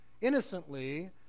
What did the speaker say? innocently